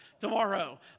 Tomorrow